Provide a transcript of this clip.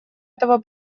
этого